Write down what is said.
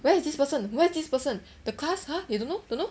where is this person where's this person the class !huh! you don't know don't know